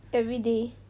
everyday